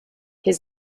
his